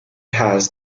has